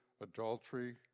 adultery